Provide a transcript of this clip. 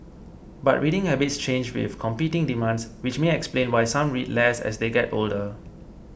but reading habits change with competing demands which may explain why some read less as they get older